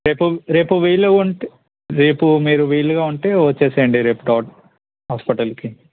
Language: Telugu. రేపు రేపు వీలు ఉం రేపు మీరు వీలుగా ఉంటే వచ్చేసేయండి రేపు హాస్పిటల్కి